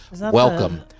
Welcome